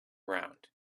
round